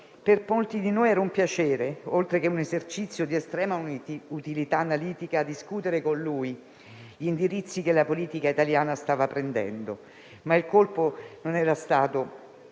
Per molti di noi era un piacere, oltre che un esercizio di estrema utilità analitica, discutere con lui gli indirizzi che la politica italiana stava prendendo. Ma il colpo non era stato